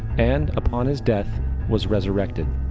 and upon his death was resurrected.